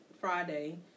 Friday